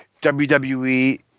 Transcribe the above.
WWE –